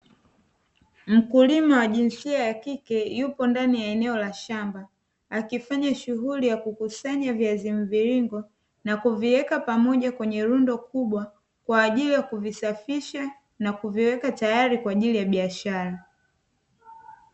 Mkulima wa jinsia ya kike yupo ndani ya eneo la shamba, akifanya shughuli ya kukusanya viazi mviringo na kuviweka pamoja kwenye rundo kubwa, kwa ajili ya kuvisafisha na kuviweka tayari kwa ajili ya biashara.